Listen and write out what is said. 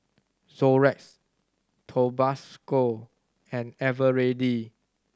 Xorex Tabasco and Eveready